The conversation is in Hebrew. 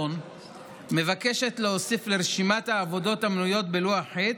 שבנדון מבקשת להוסיף לרשימת העבודות המנויות בלוח ח'